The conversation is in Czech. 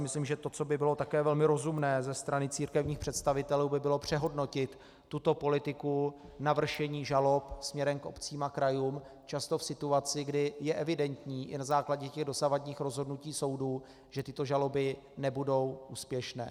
Myslím si, že to, co by bylo také velmi rozumné ze strany církevních představitelů, by bylo přehodnotit tuto politiku navršení žalob směrem k obcím a krajům často v situaci, kdy je evidentní i na základě dosavadních rozhodnutí soudů, že tyto žaloby nebudou úspěšné.